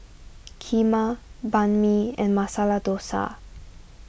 Kheema Banh Mi and Masala Dosa